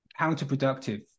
counterproductive